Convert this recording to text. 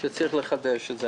שצריך לחדש.